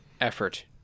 effort